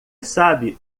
sabe